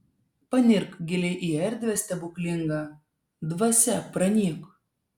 panirk giliai į erdvę stebuklingą dvasia pranyk